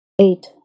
Eight